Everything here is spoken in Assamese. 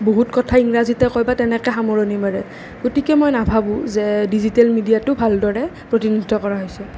বহুত কথা ইংৰাজীতে কয় বা তেনেকৈ সামৰণি মাৰে গতিকে মই নাভাবোঁ যে ডিজিটেল মিডিয়াতো ভালদৰে প্ৰতিনিধিত্ব কৰা হৈছে